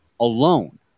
alone